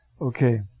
Okay